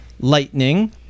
Lightning